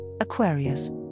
Aquarius